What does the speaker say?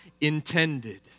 intended